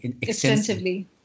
extensively